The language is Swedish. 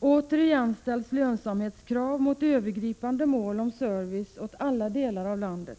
Återigen ställs lönsamhetskrav mot övergripande mål om service åt alla delar av landet.